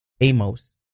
Amos